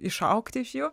išaugti iš jų